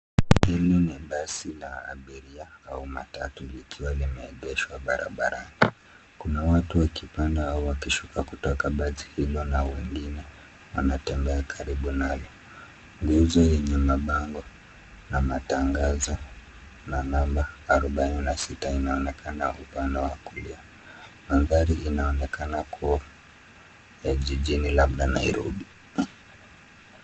Hili ni basi la abiria au matatu likiwa limeegeshwa barabarani, kuna watu wakipanda au wakishuka kutoka basi hilo na wengine wanatembwa karibu nalo. Nguzo yenye bango na matangazo na namba arobaini na sita inaonekana upande wa kulia. Mandhari inaonekana kua ya jijini labda Nairobi.